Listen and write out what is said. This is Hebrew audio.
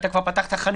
ואתה כבר פתחת חנויות.